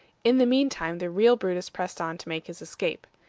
in the mean time, the real brutus pressed on to make his escape.